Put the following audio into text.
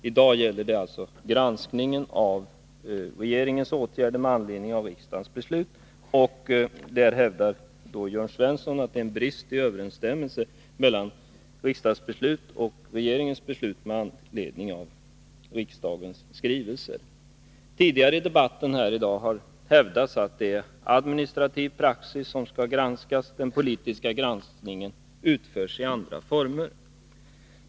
I dag gäller det granskning av regeringens åtgärder med anledning av de beslut som riksdagen har fattat, och där hävdar Jörn Svensson att det brister i överensstämmelse mellan riksdagens och regeringens beslut med anledning av riksdagens skrivelser. Tidigare i dagens debatt har hävdats att det är administrativ praxis som skall granskas, medan den politiska granskningen utförs i andra former.